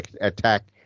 attack